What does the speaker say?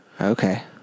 Okay